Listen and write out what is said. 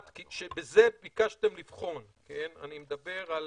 אני מדבר על